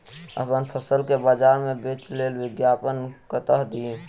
अप्पन फसल केँ बजार मे बेच लेल विज्ञापन कतह दी?